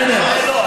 בסדר.